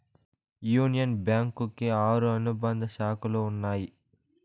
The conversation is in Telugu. యూనియన్ బ్యాంకు కి ఆరు అనుబంధ శాఖలు ఉన్నాయి